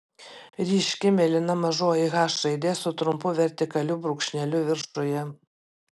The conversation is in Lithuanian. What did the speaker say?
ryškiai mėlyna mažoji h raidė su trumpu vertikaliu brūkšneliu viršuje